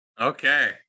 Okay